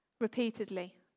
repeatedly